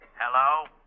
Hello